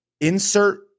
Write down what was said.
insert